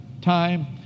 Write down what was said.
time